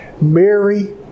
Mary